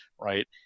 right